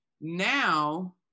Now